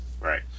Right